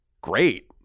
great